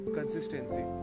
Consistency